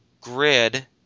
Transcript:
grid